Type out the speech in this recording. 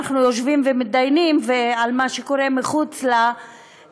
אנחנו יושבים ומתדיינים על מה שקורה מחוץ לבניין,